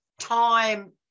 time